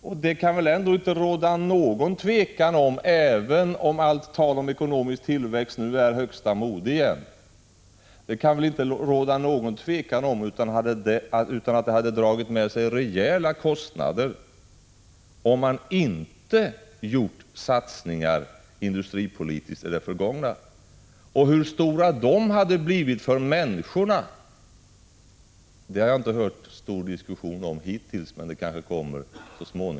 Och det kan väl inte råda något tvivel om — även om tal om ekonomisk tillväxt nu är högsta mode igen — att det hade dragit med sig rejäla kostnader, om man inte hade gjort satsningar industripolitiskt i det förgångna. Hur stora de hade blivit för människorna har jag inte hört särskilt stor diskussion om än, men den kanske kommer.